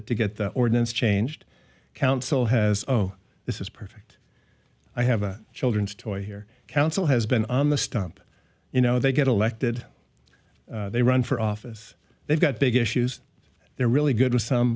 it to get the ordinance changed council has this is perfect i have a children's toy here council has been on the stump you know they get elected they run for office they've got big issues they're really good with some